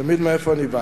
מאיפה אני בא.